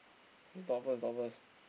you talk first talk first